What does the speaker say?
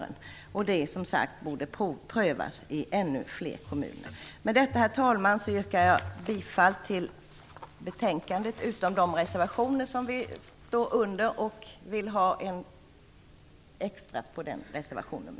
Det borde som sagt prövas i ännu fler kommuner. Herr talman! Med detta yrkar jag bifall till utskottets hemställan förutom på de punkter där Folkpartiet har avgivit reservationer. Jag yrkar än en gång bifall till reservation 12.